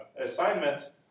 assignment